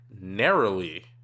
narrowly